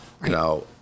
Now